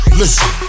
listen